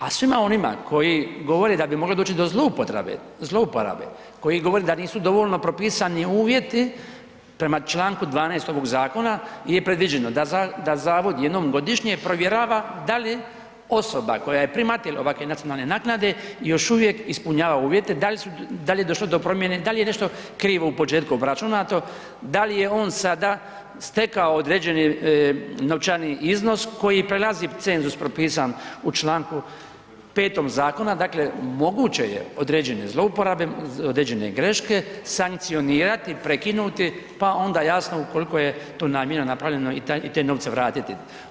A svima onima koji govore da bi moglo doći do zlouporabe, koji govore da nisu dovoljno propisani uvjeti, prema članku 12. ovog zakona je predviđeno da zavod jednom godišnje provjerava da li osoba koja je primatelj ovakve nacionalne naknade još uvijek ispunjava uvjete, da li je došlo do promjene, da li je nešto krivo u početku obračunato, da li je on sada stekao određeni novčani iznos koji prelazi cenzus propisa u članku 5. zakona, dakle moguće je određene zlouporabe, određene greške sankcionirati, prekinuti pa onda jasno ukoliko je to namjerno napravljeno i te novce vratiti.